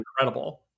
incredible